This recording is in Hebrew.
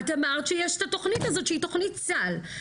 את אמרת שיש את התוכנית הזאת שהיא תוכנית סל,